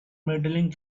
medaling